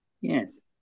Yes